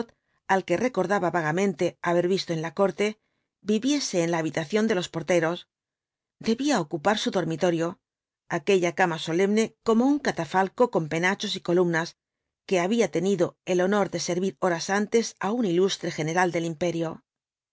al que recordaba vagamente haber visto en la corte viviese en la habitación de los porteros debía ocupar su dormitorio aquella cama solemne como un catafalco con penachos y columnas que había tenido el honor de servir horas antes á un ilustre general del imperio